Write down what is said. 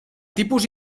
tipus